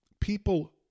people